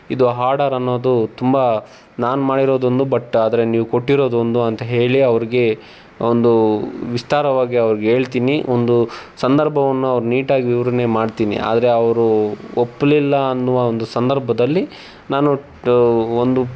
ಇದು ಹಾಡರ್ ಅನ್ನೋದು ತುಂಬ ನಾನು ಮಾಡಿರೋದೊಂದು ಬಟ್ ಆದರೆ ನೀವು ಕೊಟ್ಟಿರೋದೊಂದು ಅಂತ ಹೇಳಿ ಅವರಿಗೆ ಒಂದು ವಿಸ್ತಾರವಾಗಿ ಅವರಿಗೆ ಹೇಳ್ತೀನಿ ಒಂದು ಸಂದರ್ಭವನ್ನು ಅವ್ರ ನೀಟಾಗಿ ವಿವರಣೆ ಮಾಡ್ತೀನಿ ಆದರೆ ಅವರು ಒಪ್ಪಲಿಲ್ಲ ಅನ್ನುವ ಒಂದು ಸಂದರ್ಭದಲ್ಲಿ ನಾನು ಟ್ ಒಂದು